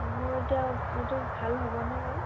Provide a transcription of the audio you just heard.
অঁ মোৰ এতিয়া এইটো ভাল হ'বনে বাৰু